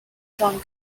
john